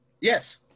yes